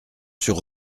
sur